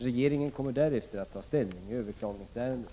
Regeringen kommer därefter att ta ställning i överklagningsärendet.